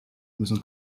müssen